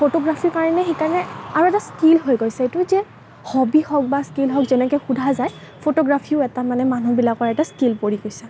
ফটোগ্ৰাফীৰ কাৰণে সেইকাৰণে আৰু এটা ষ্কীল হৈ গৈছে এইটো যে হবি হওক বা ষ্কীল হওক যেনেকৈ সোধা যায় ফটোগ্ৰাফীও এটা মানে মানুহবিলাকৰ এটা ষ্কীল বনি গৈছে